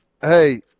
hey –